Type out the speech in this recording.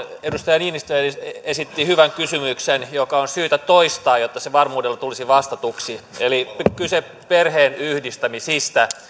edustaja niinistö esitti hyvän kysymyksen joka on syytä toistaa jotta se varmuudella tulisi vastatuksi eli kyse on perheenyhdistämisistä